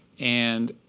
and